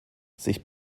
sich